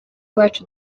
wacu